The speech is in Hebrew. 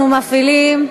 אנחנו מפעילים.